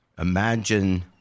Imagine